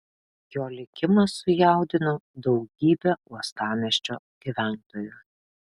jo likimas sujaudino daugybę uostamiesčio gyventojų